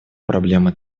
проблемы